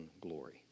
glory